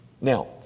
Now